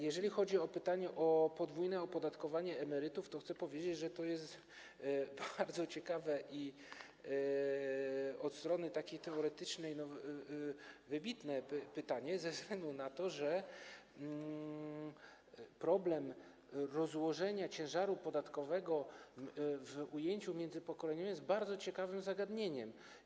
Jeżeli chodzi o pytanie o podwójne opodatkowanie emerytów, to chcę powiedzieć, że to jest bardzo ciekawe i od strony teoretycznej, no, wybitne pytanie ze względu na to, że problem rozłożenia ciężaru podatkowego w ujęciu międzypokoleniowym jest bardzo ciekawym zagadnieniem.